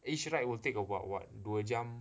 each ride will take about what dua jam